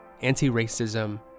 anti-racism